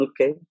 Okay